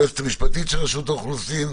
היועצת המשפטית של רשות האוכלוסין,